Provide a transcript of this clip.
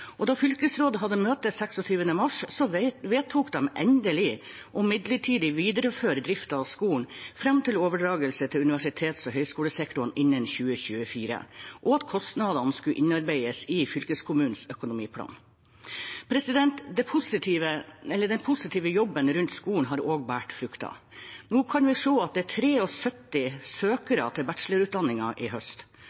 Da fylkesrådet hadde møte 26. mars, vedtok de endelig å videreføre driften av skolen midlertidig, fram til overdragelse til universitets- og høgskolesektoren innen 2024, og at kostnadene skulle innarbeides i fylkeskommunens økonomiplan. Den positive jobben rundt skolen har også båret frukter. Nå kan vi se at det er